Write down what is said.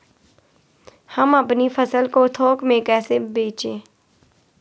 हम अपनी फसल को थोक में कैसे बेचें?